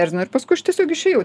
erzino ir paskui aš tiesiog išėjau